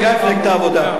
גם מפלגת העבודה.